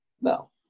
No